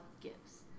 gifts